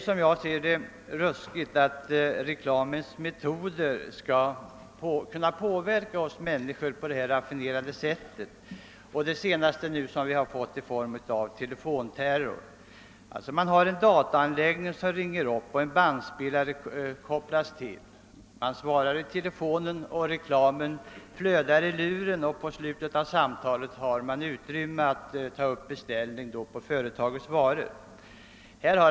Som jag ser det är det skrämmande att reklamens metoder skall få användas mot oss människor på detta raffinerade sätt som skett nu senast i form av telefonterror. Det är en dataanläggning som ringer upp och en bandspelare kopplas in. Man svarar i telefonen, reklam flödar ur luren och i slutet av samtalet finns utrymme för att göra beställning av företagets varor.